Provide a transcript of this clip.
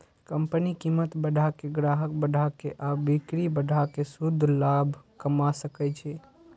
company कीमत बढ़ा के, ग्राहक बढ़ा के आ बिक्री बढ़ा कें शुद्ध लाभ कमा सकै छै